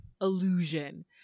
illusion